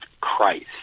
Christ